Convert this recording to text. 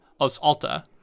Osalta